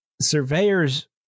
surveyors